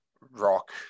rock